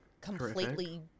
completely